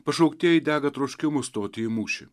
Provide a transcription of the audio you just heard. pašauktieji dega troškimu stoti į mūšį